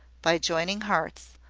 by joining hearts,